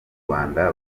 rwanda